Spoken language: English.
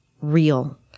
real